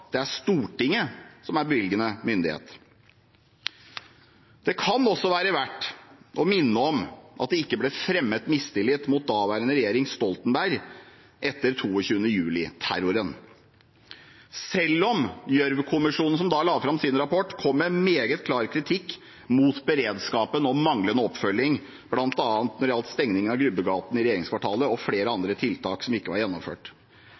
det er Stortinget som er bevilgende myndighet. Det kan også være verdt å minne om at det ikke ble fremmet mistillit mot den daværende regjeringen Stoltenberg etter 22. juli-terroren, selv om Gjørv-kommisjonen, som da la fram sin rapport, kom med meget klar kritikk av beredskapen og manglende oppfølging bl.a. når det gjaldt stengningen av Grubbegata i regjeringskvartalet og flere andre tiltak som ikke var gjennomført.